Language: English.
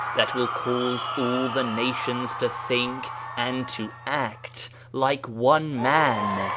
that will cause all the nations to think and to act like one man.